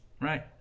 right